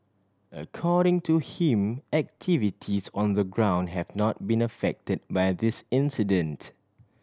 according to him activities on the ground have not been affected by this incident